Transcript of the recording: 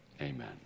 amen